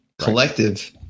collective